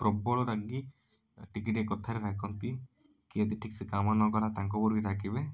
ପ୍ରବଳ ରାଗି ଟିକେ ଟିକେ କଥାରେ ରାଗନ୍ତି କିଏ ଯଦି ଠିକ ସେ କାମ ନ କଲା ତାଙ୍କ ଉପରେ ବି ରାଗିବେ